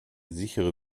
sichere